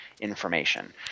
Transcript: information